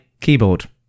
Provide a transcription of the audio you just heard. keyboard